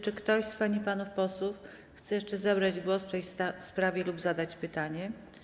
Czy ktoś z pań i panów posłów chce jeszcze zabrać głos w tej sprawie lub zadać pytanie?